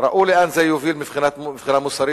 ראו לאן זה יוביל מבחינה מוסרית,